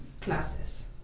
classes